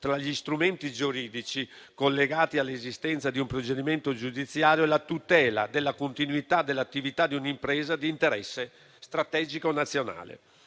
tra gli strumenti giuridici collegati all'esistenza di un procedimento giudiziario e la tutela della continuità dell'attività di un'impresa di interesse strategico nazionale.